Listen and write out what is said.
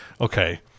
okay